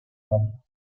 mundo